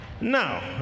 now